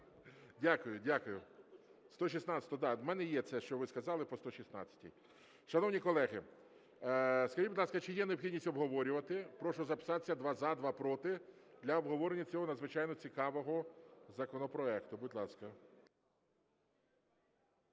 Дякую. Дякую. 116-у, да. У мене є це, що ви сказали по 116-й. Шановні колеги, скажіть, будь ласка, чи є необхідність обговорювати? Прошу записатися: два – за, два – проти, для обговорення цього надзвичайно цікавого законопроекту. Будь ласка.